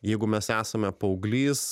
jeigu mes esame paauglys